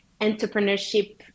entrepreneurship